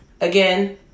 Again